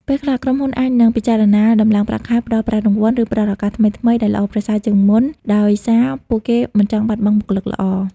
ពេលខ្លះ ក្រុមហ៊ុនអាចនឹងពិចារណាដំឡើងប្រាក់ខែ ផ្តល់ប្រាក់រង្វាន់ ឬផ្តល់ឱកាសថ្មីៗដែលល្អប្រសើរជាងមុន ដោយសារពួកគេមិនចង់បាត់បង់បុគ្គលិកល្អ។